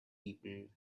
people